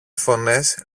φωνές